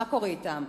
מה קורה אתם?